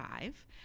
five